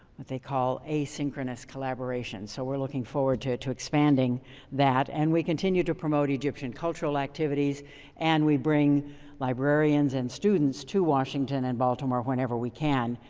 what they call asynchronous collaboration. so we're looking forward to it to expanding that. and we continue to promote egyptian cultural activities and we bring librarians and students to washington and baltimore whenever we can.